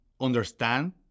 understand